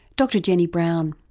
dr jenny brown.